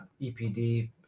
EPD